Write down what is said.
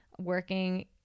working